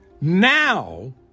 Now